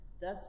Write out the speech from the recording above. Thus